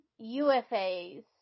UFAs